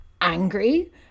angry